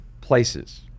places